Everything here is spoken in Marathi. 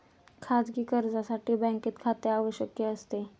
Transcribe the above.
खाजगी कर्जासाठी बँकेत खाते आवश्यक असते